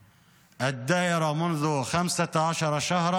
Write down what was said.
אדוני היושב-ראש, לפני כמה ימים